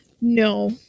No